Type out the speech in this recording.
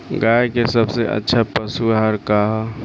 गाय के सबसे अच्छा पशु आहार का ह?